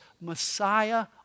Messiah